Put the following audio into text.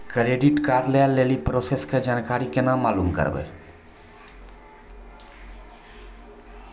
Credit card लय लेली process के जानकारी केना मालूम करबै?